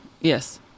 yes